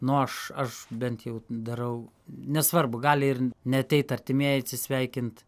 nu aš aš bent jau darau nesvarbu gali ir neateit artimieji atsisveikint